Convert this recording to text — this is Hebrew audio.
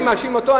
אני מאשים אותו?